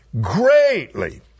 greatly